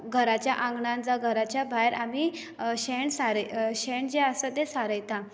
घराच्या आंगणांत जावं घराच्या भायर आमी शेण सारय शेण जें आसा तें सारयता